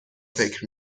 فکر